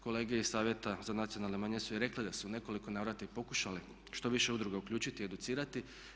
Kolege iz Savjeta za nacionalne manjine su i rekle da su u nekoliko navrata i pokušale što više udruga uključiti, educirati.